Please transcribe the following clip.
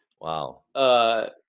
Wow